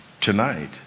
tonight